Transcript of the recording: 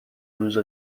روز